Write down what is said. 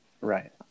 Right